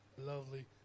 lovely